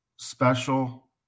special